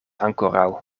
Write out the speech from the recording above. ankoraŭ